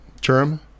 term